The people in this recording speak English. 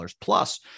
plus